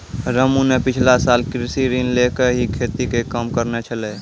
रामू न पिछला साल कृषि ऋण लैकॅ ही खेती के काम करनॅ छेलै